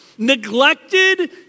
neglected